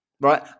Right